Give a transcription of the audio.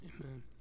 amen